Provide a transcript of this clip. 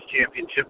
championship